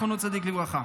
זכר צדיק לברכה.